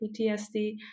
PTSD